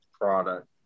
product